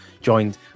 joined